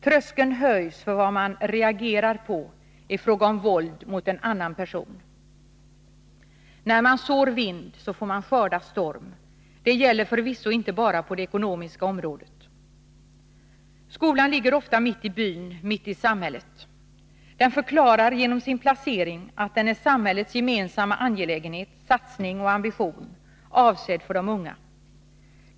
Tröskeln höjs för vad man reagerar på i fråga om våld mot annan person. När man sår vind får man skörda storm. Det gäller förvisso inte bara på det ekonomiska området. Skolan ligger ofta mitt i byn, mitt i samhället. Den förklarar genom sin placering att den är samhällets gemensamma angelägenhet, satsning och ambition, avsedd för de unga.